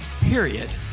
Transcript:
period